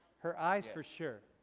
her eyes for sure.